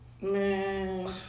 Man